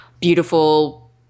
beautiful